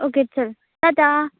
okay चल टाटा